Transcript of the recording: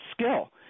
skill